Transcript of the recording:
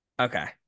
okay